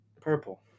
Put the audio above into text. Purple